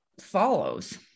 follows